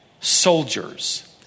soldiers